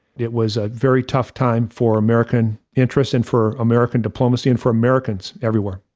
it was a very tough time for american interests and for american diplomacy and for americans everywhere.